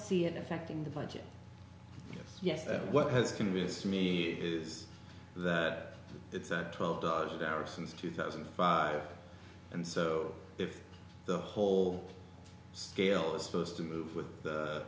see it affecting the budget yes that what has convinced me is that it's a twelve dollars a barrel since two thousand and five and so if the whole scale is supposed to move with the